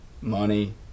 money